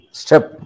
step